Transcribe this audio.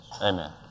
Amen